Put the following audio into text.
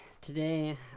Today